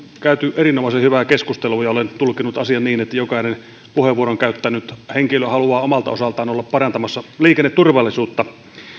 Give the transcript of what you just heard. käyty erinomaisen hyvää keskustelua ja olen tulkinnut asian niin että jokainen puheenvuoron käyttänyt henkilö haluaa omalta osaltaan olla parantamassa liikenneturvallisuutta